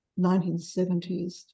1970s